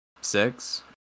six